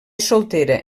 soltera